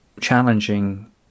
challenging